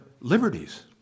liberties